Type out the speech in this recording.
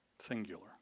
Singular